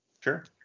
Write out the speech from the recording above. sure